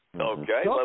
Okay